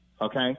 okay